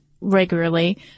regularly